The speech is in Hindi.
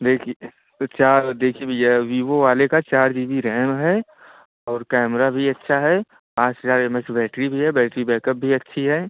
देखिए फीचर देखिए भैया विवो वाले का चार जी बी रैम है और कैमरा भी अच्छा है पाँच हज़ार एम एच बैटरी भी है बैटरी बैकअप भी अच्छी है